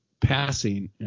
passing